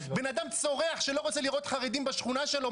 בן אדם צורח שלא רוצה לראות חרדים בשכונה שלו?